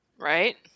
right